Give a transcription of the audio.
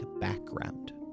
background